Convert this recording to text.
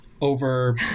over